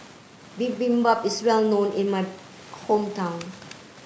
Bibimbap is well known in my hometown